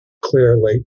clearly